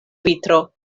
vitro